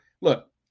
look